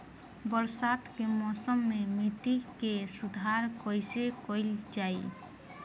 बरसात के मौसम में मिट्टी के सुधार कईसे कईल जाई?